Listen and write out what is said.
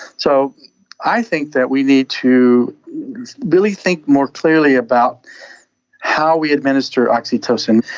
so i think that we need to really think more clearly about how we administer oxytocin.